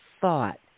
thought